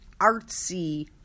artsy